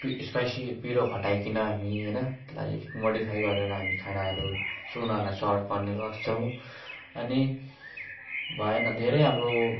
spicy पिरो घटाइकन अनि होइन त्यसलाई अलिक मोडिफाई गरेर हामी खानाहरू चु उनीहरूलाई सर्भ गर्ने गर्छौँ अनि भएन धेरै हाम्रो